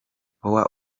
power